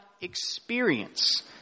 experience